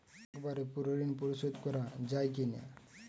একবারে পুরো ঋণ পরিশোধ করা যায় কি না?